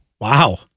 Wow